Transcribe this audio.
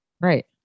Right